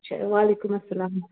اَچھا وعلیکُم اسلام